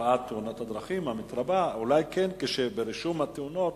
בתופעה של תאונות הדרכים, אולי ברישום התאונות